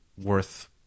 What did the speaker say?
Worth